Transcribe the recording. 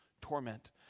torment